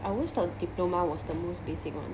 I always thought diploma was the most basic one